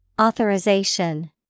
Authorization